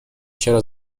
چرا